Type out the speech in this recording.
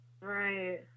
Right